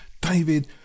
David